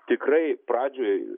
tikrai pradžioj